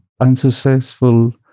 unsuccessful